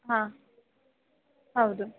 ಹಾಂ ಹೌದು